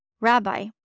Rabbi